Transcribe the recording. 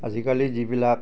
আজিকালি যিবিলাক